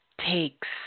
takes